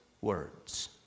words